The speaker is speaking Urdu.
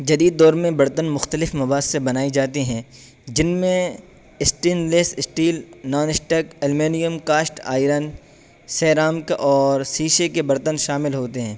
جدید دور میں برتن مختلف مواد سے بنائے جاتے ہیں جن میں stainless steel non stick aluminium cast iron اور شیشے کے برتن شامل ہوتے ہیں